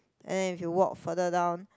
and then if you walk further down